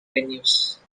venues